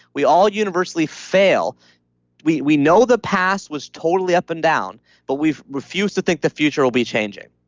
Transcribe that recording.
we all universally fail we we know the past was totally up and down but we've refused to think the future will be changing.